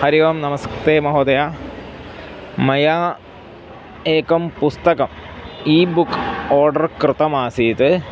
हरिः ओम् नमस्ते महोदय मया एकं पुस्तकम् ई बुक् ओर्डर् कृतमासीत्